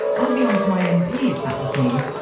i'd be onto my mp if that was me.